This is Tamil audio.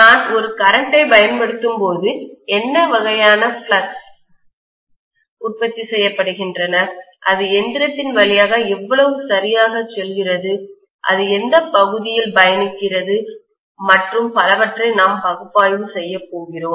நான் ஒரு கரண்ட் ஐப் பயன்படுத்தும்போது என்ன வகையான பிளக்ஸ் பாய்மங்கள் உற்பத்தி செய்யப்படுகின்றன அது எந்திரத்தின் வழியாக எவ்வளவு சரியாகச் செல்கிறது அது எந்தப் பகுதியில் பயணிக்கிறது மற்றும் பலவற்றை நாம் பகுப்பாய்வு செய்ய விரும்புகிறோம்